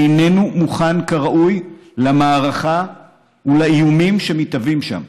איננו מוכן כראוי למערכה ולאיומים שמתהווים שם.